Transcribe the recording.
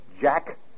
Jack